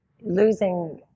Losing